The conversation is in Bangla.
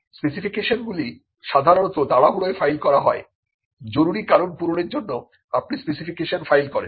স্পেসিফিকেশন গুলি সাধারণত তাড়াহুড়োয় ফাইল করা হয় জরুরি কারণ পূরণের জন্য আপনি স্পেসিফিকেশন ফাইল করেন